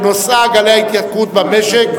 שנושאה: גלי ההתייקרות במשק,